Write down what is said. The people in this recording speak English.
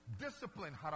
Discipline